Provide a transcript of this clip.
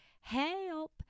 Help